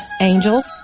angels